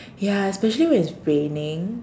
ya especially when it's raining